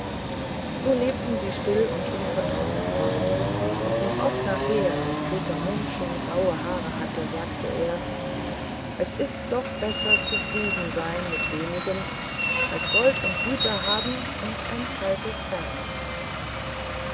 so lebten sie still und unverdrossen fort und noch oft nachher als peter munk schon graue haare hatte sagte er es ist doch besser zufrieden sein mit wenigem als gold und güter haben und ein kaltes herz